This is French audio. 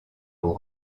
aux